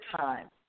time